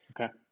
Okay